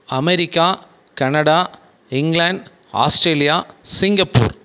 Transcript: America Canada England Australia Singapore